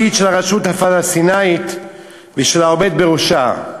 של הרשות הפלסטינית ושל העומד בראשה.